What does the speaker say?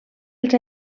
els